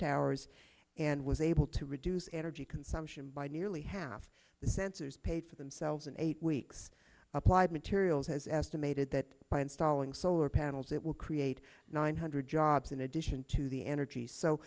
towers and was able to reduce energy consumption by nearly half the sensors paid for themselves and eight weeks applied materials as estimated that by installing solar panels it will create nine hundred jobs in addition to the energy so